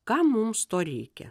kam mums to reikia